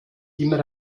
immer